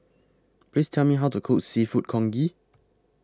Please Tell Me How to Cook Seafood Congee